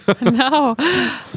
No